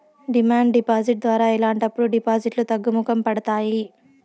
demand deposit ద్వారా ఇలాంటప్పుడు డిపాజిట్లు తగ్గుముఖం పడతాయి